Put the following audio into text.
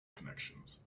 connections